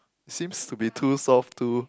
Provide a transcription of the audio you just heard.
seems to be too soft too